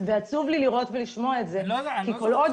----- חבר הכנסת גפני, אל תענה לה.